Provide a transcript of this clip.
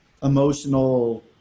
emotional